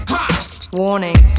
Warning